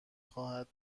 خواهد